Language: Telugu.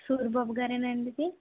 సూరిబాబుగారేనా అండి ఇది